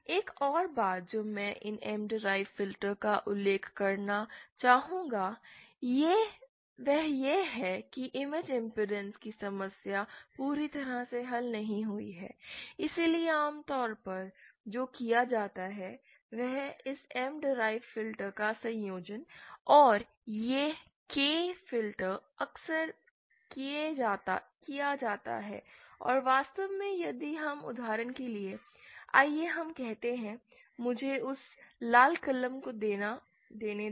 एक और बात जो मैं इन M डीराइव्ड फिल्टर का उल्लेख करना चाहूंगा वह यह है कि इमेज इमपेडेंस की समस्या पूरी तरह से हल नहीं हुई है इसलिए आमतौर पर जो किया जाता है वह इस M डीराइव्ड फिल्टर का संयोजन और यह k फ़िल्टर अक्सर किया जाता है और वास्तव में यदि हम उदाहरण के लिए आइए हम कहते हैं मुझे उस लाल कलम को लेने दें